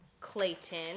Clayton